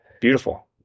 Beautiful